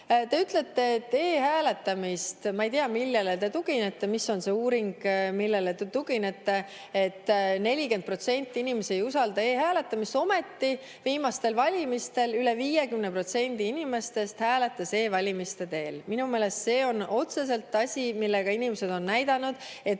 ta tuleb? Te ütlete – ma ei tea, millele te tuginete, mis uuringule te tuginete –, et 40% inimesi ei usalda e‑hääletamist. Ometi viimastel valimistel üle 50% inimestest hääletas e‑valimiste teel. Minu meelest see on otseselt asi, millega inimesed on näidanud, et